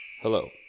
Hello